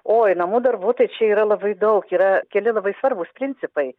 oi namų darbų tai čia yra labai daug yra keli labai svarbūs principai